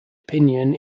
opinion